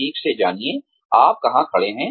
ठीक से जानिए आप कहां खड़े हैं